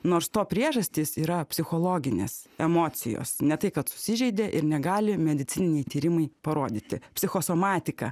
nors to priežastis yra psichologinės emocijos ne tai kad susižeidė ir negali medicininiai tyrimai parodyti psichosomatika